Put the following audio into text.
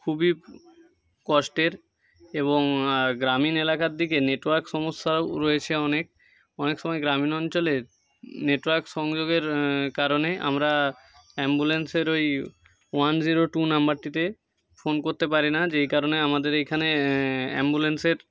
খুবই কষ্টের এবং গ্রামীণ এলাকার দিকে নেটওয়ার্ক সমস্যাও রয়েছে অনেক অনেক সময় গ্রামীণ অঞ্চলের নেটওয়ার্ক সংযোগের কারণে আমরা অ্যাম্বুলেন্সের ওই ওয়ান জিরো টু নম্বরটিতে ফোন করতে পারি না যেই কারণে আমাদের এইখানে অ্যাম্বুলেন্সের